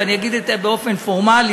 ואני אגיד את זה באופן פורמלי.